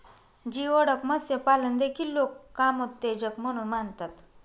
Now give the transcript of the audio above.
geoduck मत्स्यपालन देखील लोक कामोत्तेजक म्हणून मानतात